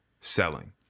selling